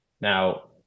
Now